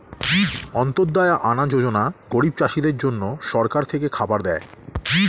অন্ত্যদায়া আনা যোজনা গরিব চাষীদের জন্য সরকার থেকে খাবার দেয়